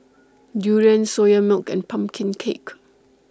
Durian Soya Milk and Pumpkin Cake